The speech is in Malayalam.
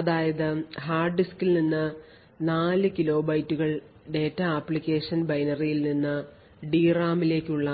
അതായത് ഹാർഡ് ഡിസ്കിൽ നിന്ന് 4 കിലോ ബൈറ്റുകൾ ഡാറ്റ ആപ്ലിക്കേഷൻ ബൈനറിയിൽ നിന്ന് DRAM ലേക്കുള്ള